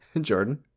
Jordan